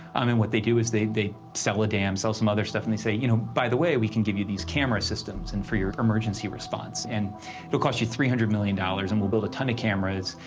um and what they do is, they they sell a dam, sell some other stuff, and they say, you know, by the way, we can give you these camera systems and, for your emergency response. and it'll cost you three hundred million dollars, and we'll build a ton of cameras,